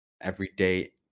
everyday